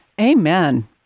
Amen